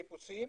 חיפושים,